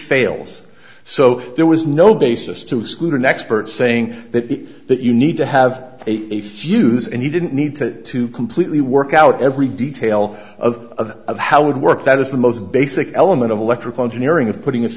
fails so there was no basis to exclude an expert saying that the that you need to have a fuse and you didn't need to to completely work out every detail of of how would work that is the most basic element of electrical engineering of putting